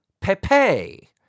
Pepe